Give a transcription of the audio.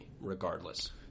regardless